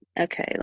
Okay